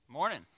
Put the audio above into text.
morning